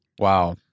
Wow